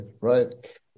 right